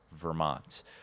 Vermont